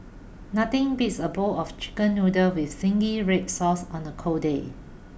nothing beats a bowl of chicken noodles with Zingy Red Sauce on a cold day